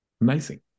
Amazing